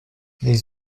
les